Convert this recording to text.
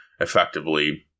effectively